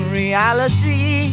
reality